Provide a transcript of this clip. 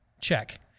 Check